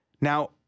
Now